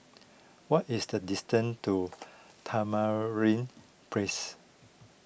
what is the distance to Tamarind Place